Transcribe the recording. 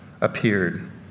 appeared